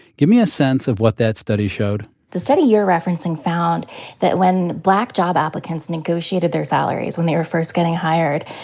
give me a sense of what that study showed the study you're referencing found that when black job applicants negotiated their salaries when they were first getting hired,